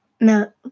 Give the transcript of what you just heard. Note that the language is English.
no